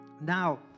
Now